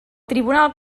tribunal